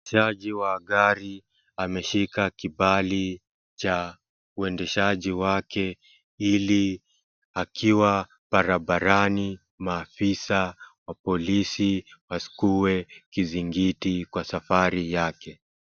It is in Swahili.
Jaji wa gari ameshika kibali cha uendeshaji wake ili akiwa barabarani, maafisa wa polisi wasikuwe kizingiti kwa safari yake.